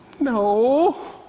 No